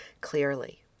clearly